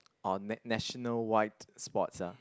on na~ national wide sports ah